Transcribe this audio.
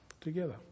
together